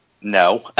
No